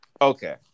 Okay